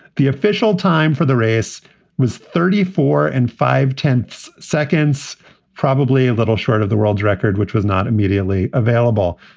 the official time for the race was thirty four and five. ten seconds probably a little short of the world record, which was not immediately available.